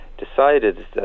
Decided